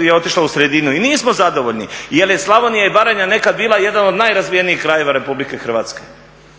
je otišla u sredinu. I nismo zadovoljni jer je Slavonija i Baranja nekad bila jedan od najrazvijenijih krajeva Republike Hrvatske.